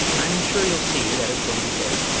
i'm sure you'll see that it's only fair.